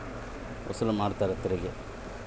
ತೆರಿಗೆ ವಸೂಲು ಮಾಡೋದು